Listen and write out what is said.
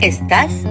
¿Estás